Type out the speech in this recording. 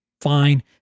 fine